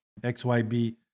XYB